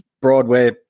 Broadway